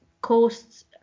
costs